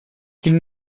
qu’ils